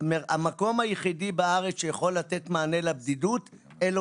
המקום היחידי בארץ שיכול לתת מענה לבדידות אלו